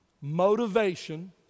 Motivation